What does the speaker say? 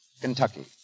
Kentucky